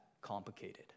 complicated